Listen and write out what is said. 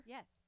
Yes